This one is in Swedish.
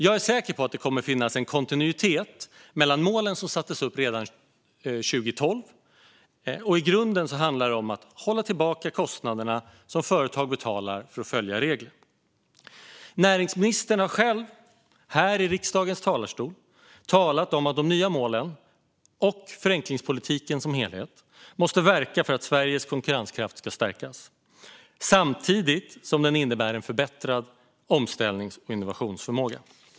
Jag är säker på att det kommer att finnas en kontinuitet i målen som sattes upp redan 2012. I grunden handlar det om att hålla tillbaka de kostnader som företag betalar för att följa regler. Näringsministern har själv här i riksdagens talarstol talat om att de nya målen och förenklingspolitiken som helhet måste verka för att Sveriges konkurrenskraft ska stärkas, samtidigt som den innebär en förbättrad omställnings och innovationsförmåga.